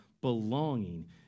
belonging